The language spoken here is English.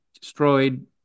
destroyed